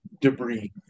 debris